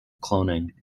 cloning